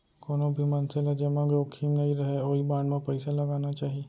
कोनो भी मनसे ल जेमा जोखिम नइ रहय ओइ बांड म पइसा लगाना चाही